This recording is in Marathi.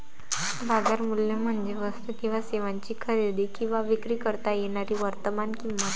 बाजार मूल्य म्हणजे वस्तू किंवा सेवांची खरेदी किंवा विक्री करता येणारी वर्तमान किंमत